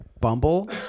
bumble